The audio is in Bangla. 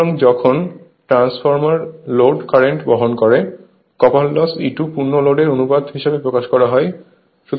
সুতরাং যখন ট্রান্সফরমার লোড কারেন্ট বহন করে কপার লস E2 পূর্ণ লোডের অনুপাত হিসাবে প্রকাশ করা হয়